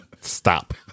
stop